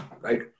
right